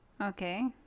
okay